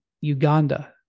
Uganda